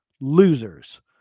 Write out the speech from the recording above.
losers